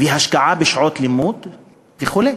והשקעה בשעות לימוד וכו'.